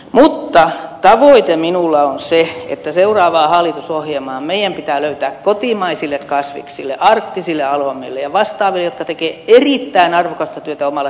mutta tavoite minulla on se että seuraavaan hallitusohjelmaan meidän pitää löytää kotimaisille kasviksille arktisille aromeille ja vastaaville jotka tekevät erittäin arvokasta työtä omalla sektorillaan toimintamääräraha